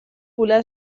volar